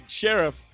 sheriff